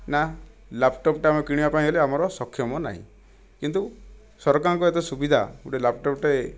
ନା ଲ୍ୟାପଟପ୍ଟା ଆମେ କିଣିବାପାଇଁ ହେଲେ ଆମର ସକ୍ଷମ ନାହିଁ କିନ୍ତୁ ସରକାରଙ୍କ ଏତେ ସୁବିଧା ଗୋଟିଏ ଲ୍ୟାପଟପ୍ଟିଏ